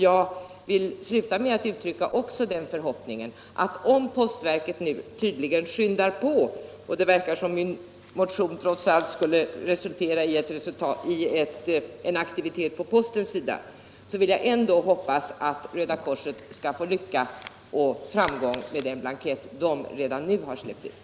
Jag vill sluta med att uttrycka förhoppningen att Röda korset, även om postverket nu skyndar på — och det verkar som om min motion trots allt skulle resultera i en aktivitet från postens sida — skall få lycka och framgång med den blankett organisationen redan släppt ut.